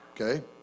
okay